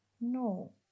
No